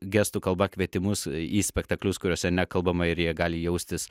gestų kalba kvietimus į spektaklius kuriuose nekalbama ir jie gali jaustis